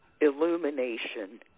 illumination